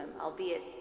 albeit